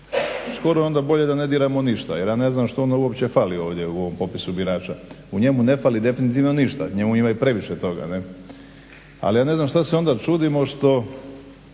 skoro onda da bolje ne diramo ništa jer ja ne znam što onda uopće fali u ovom popisu birača. U njemu ne fali definitivno ništa u njemu ima i previše toga. Ali ja ne znam što se onda čudimo kada